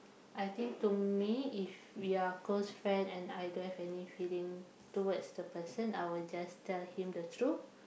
I think to me if we are close friend and I don't have any feeling towards the person I will just tell him the truth